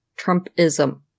Trumpism